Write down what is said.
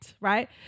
Right